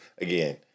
again